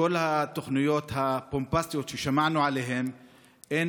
כל התוכניות הבומבסטיות ששמענו עליהן אין